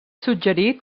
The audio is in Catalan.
suggerit